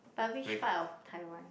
but which part of Taiwan